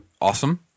Awesome